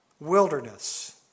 wilderness